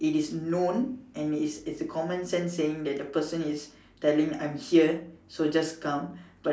it is known and it is it is common sense saying that the person is telling I'm here so just come